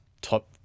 top